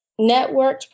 Networked